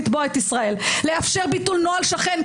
לתבוע את ישראל; לאפשר ביטול נוהל שכן,